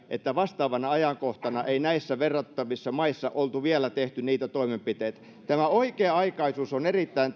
että vastaavana ajankohtana ei näissä meihin verrattavissa maissa oltu vielä tehty niitä toimenpiteitä tämä oikea aikaisuus on erittäin